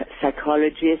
psychologist